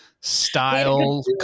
style